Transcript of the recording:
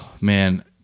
man